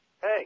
Hey